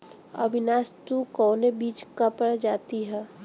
अविनाश टू कवने बीज क प्रजाति ह?